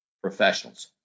professionals